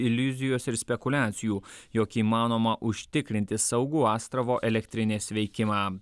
iliuzijos ir spekuliacijų jog įmanoma užtikrinti saugų astravo elektrinės veikimą